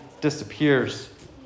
disappears